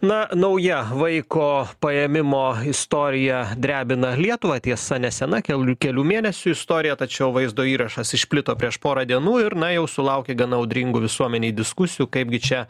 na nauja vaiko paėmimo istorija drebina lietuvą tiesa nesena kel kelių mėnesių istorija tačiau vaizdo įrašas išplito prieš porą dienų ir na jau sulaukė gana audringų visuomenėj diskusijų kaip gi čia